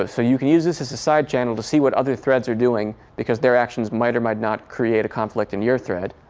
ah so you can use this as a side channel to see what other threads are doing, because their actions might or might not create a conflict in your thread.